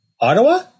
Ottawa